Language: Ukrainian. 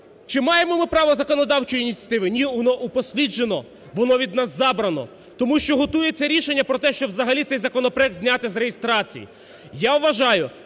чи маємо ми право законодавчої ініціативи? Ні, воно упосліджено, воно від нас забрано, тому, що готується рішення, про те, що взагалі цей законопроект зняти з реєстрації.